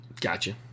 Gotcha